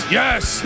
yes